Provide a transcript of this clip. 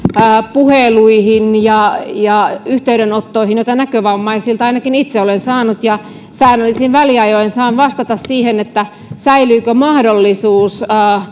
puheluihin ja ja yhteydenottoihin joita näkövammaisilta ainakin itse olen saanut säännöllisin väliajoin saan vastata siihen säilyykö mahdollisuus